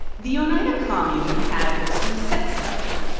the oneida commune had some sex stuff.